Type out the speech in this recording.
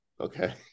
Okay